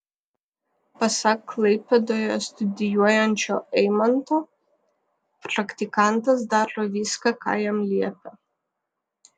pasak klaipėdoje studijuojančio eimanto praktikantas daro viską ką jam liepia